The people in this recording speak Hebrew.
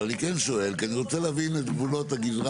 אבל אני כן שואל כי אני רוצה להבין את גבולות הגזרה.